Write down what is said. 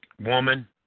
woman